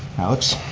alex.